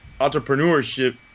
entrepreneurship